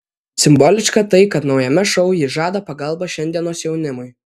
simboliška tai kad naujame šou ji žada pagalbą šiandienos jaunimui